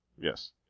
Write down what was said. Yes